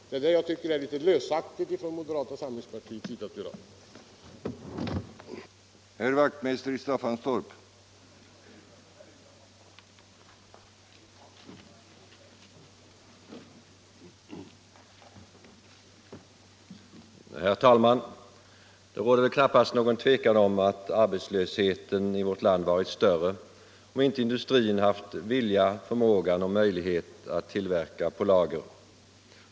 Jag tycker att det är litet lösaktigt från moderata samlingspartiets sida att göra på detta sätt.